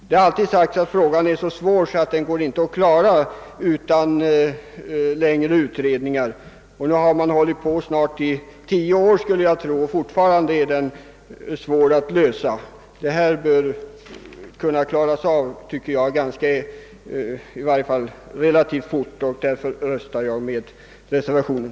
Det har alltid sagts att det är svårt att klara denna fråga utan längre utredningar. Nu har man hållit på i snart tio år, skulle jag tro, och fortfarande är det svårt att lösa frågan. Jag tycker att detta problem bör kunna lösas ganska fort, och jag röstar därför för reservationen.